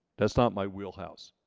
that's not my wheelhouse.